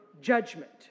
judgment